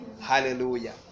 Hallelujah